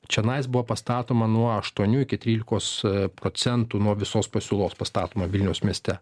čionais buvo pastatoma nuo aštuonių iki trylikos procentų nuo visos pasiūlos pastatoma vilniaus mieste